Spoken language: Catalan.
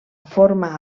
forma